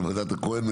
על ועדת הכהן,